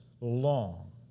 long